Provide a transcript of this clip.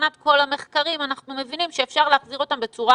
שמבחינת כל המחקרים אנחנו מבינים שאפשר להחזיר אותם בצורה